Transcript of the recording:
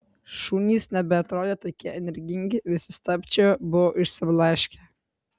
šunys nebeatrodė tokie energingi vis stabčiojo buvo išsiblaškę